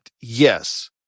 yes